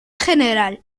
general